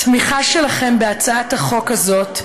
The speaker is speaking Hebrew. תמיכה שלכם בהצעת החוק הזאת,